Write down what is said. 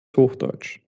hochdeutsch